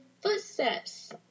footsteps